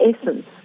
essence